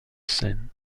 seine